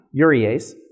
urease